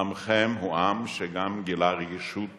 עמכם הוא עם שגם גילה רגישות